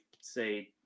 say